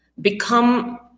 become